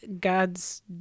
God's